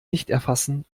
nichterfassen